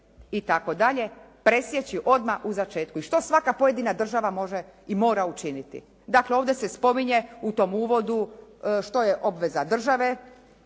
itd., presjeći odmah u začetku, i što svaka pojedina država može i mora učiniti. Dakle, ovdje se spominje u tom uvodu, što je obveza države,